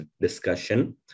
discussion